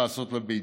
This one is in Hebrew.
לעשות לביתי.